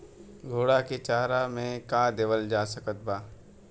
घोड़ा के चारा मे का देवल जा सकत बा?